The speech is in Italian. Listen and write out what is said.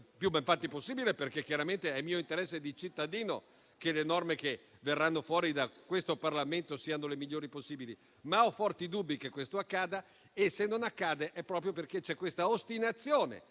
più benfatti possibile, perché chiaramente è mio interesse di cittadino che le norme approvate da questo Parlamento siano le migliori possibili, ma ho forti dubbi che questo accada e se non accade è proprio perché c'è questa ostinazione